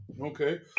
okay